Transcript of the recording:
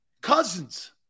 Cousins